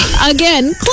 again